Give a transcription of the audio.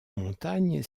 montagne